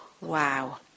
Wow